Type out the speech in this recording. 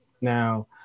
now